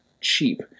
cheap